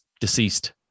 deceased